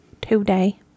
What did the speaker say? today